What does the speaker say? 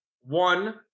one